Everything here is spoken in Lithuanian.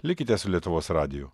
likite su lietuvos radiju